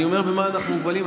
אני אומר במה אנחנו מוגבלים.